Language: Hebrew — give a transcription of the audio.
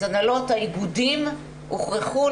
אז הנהלות האיגודים הוכרחו,